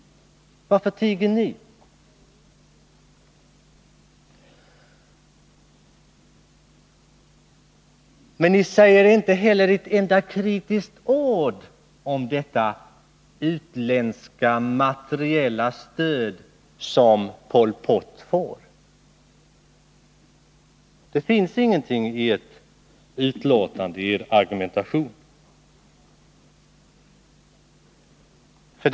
Varför tiger ni? Utskottet säger inte ett enda kritiskt ord om det utländska materiella stöd som Pol Pot får. Ingenting av detta finns i argumentationen i betänkandet.